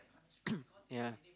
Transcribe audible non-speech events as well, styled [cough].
[coughs] ya